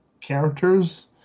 characters